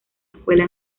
escuela